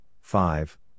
five